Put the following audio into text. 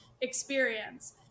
experience